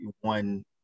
one